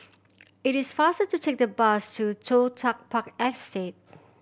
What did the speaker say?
it is faster to take the bus to Toh Tuck Park Estate